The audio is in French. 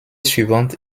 suivante